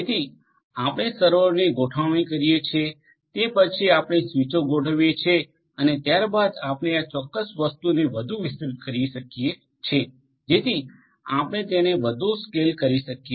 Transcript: તેથી આપણે સર્વરોની ગોઠવણી કરીએ તે પછી આપણે સ્વીચો ગોઠવીએ અને ત્યારબાદ આપણે આ ચોક્કસ વસ્તુને વધુ વિસ્તૃત કરી શકીએ છીએ જેથી આપણે તેને વધુ સ્કેલ કરી શકીએ છીએ